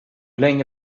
länge